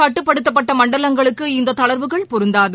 கட்டுப்படுத்தப்பட்ட மண்டலங்களுக்கு இந்த தளர்வுகள் பொருந்தாது